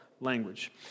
language